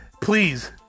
please